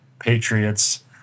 Patriots